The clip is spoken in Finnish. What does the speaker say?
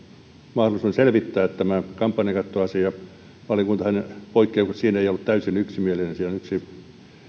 mahdollisuuteen selvittää tämä kampanjakattoasia valiokuntahan poikkeuksellisesti siinä ei ollut täysin yksimielinen siinä on yksi